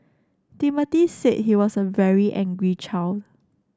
Timothy said he was a very angry child